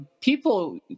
people